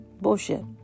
Bullshit